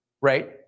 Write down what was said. right